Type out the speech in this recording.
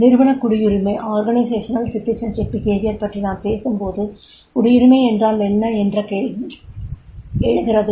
நிறுவனக் குடியுரிமை நடத்தை பற்றி நாம் பேசும்போது குடியுரிமை என்றால் என்ன என்ற கேள்வி எழுகிறது